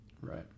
Right